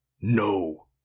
No